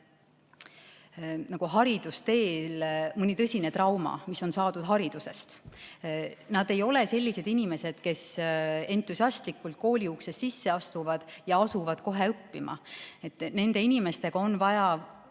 nendel inimestel mõni tõsine trauma, mis on saadud haridusteel. Nad ei ole sellised inimesed, kes entusiastlikult kooli uksest sisse astuvad ja asuvad kohe õppima. Nende inimestega on vaja